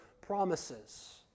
promises